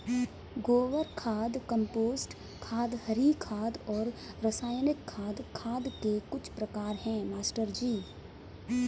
गोबर खाद कंपोस्ट खाद हरी खाद और रासायनिक खाद खाद के कुछ प्रकार है मास्टर जी